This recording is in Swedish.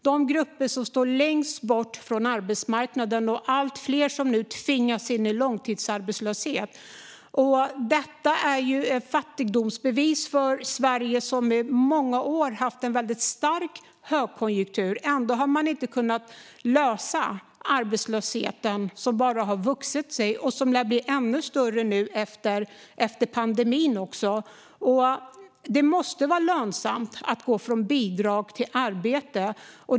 De grupper som står längst bort från arbetsmarknaden och de allt fler som nu tvingas in i långtidsarbetslöshet är ett fattigdomsbevis för Sverige. I många år har Sverige haft en väldigt stark högkonjunktur. Ändå har man inte kunnat lösa arbetslösheten, som bara har vuxit och som lär bli ännu större nu efter pandemin. Det måste vara lönsamt att gå från bidrag till arbete.